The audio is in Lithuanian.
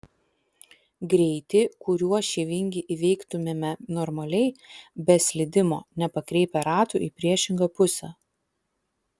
greitį kuriuo šį vingį įveiktumėme normaliai be slydimo nepakreipę ratų į priešingą pusę